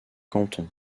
canton